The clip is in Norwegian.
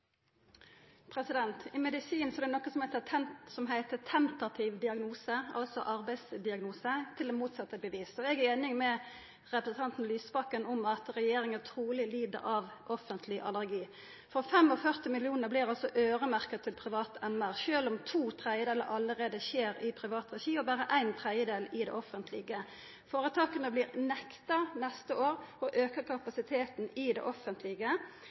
det noko som heiter tentativ diagnose, altså arbeidsdiagnose til det motsette er bevist. Eg er einig med representanten Lysbakken i at regjeringa truleg lid av offentleg allergi. 45 mill. kr vert øyremerkt til privat MR, sjølv om to tredjedelar allereie skjer i privat regi og berre ein tredjedel i det offentlege. Føretaka vert neste år nekta å auka kapasiteten i det offentlege.